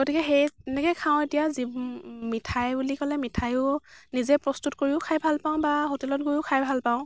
গতিকে সেই তেনেকেই খাওঁ এতিয়া যি মিঠাই বুলি ক'লে মিঠায়ো নিজে প্ৰস্তুত কৰিও খাই ভাল পাওঁ বা হোটেলত গৈয়ো খাই ভাল পাওঁ